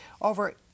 over